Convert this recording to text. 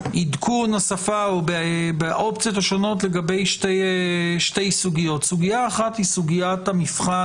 בעדכון השפה או באופציות השונות לגבי שתי סוגיות: אחת היא המבחן